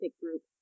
group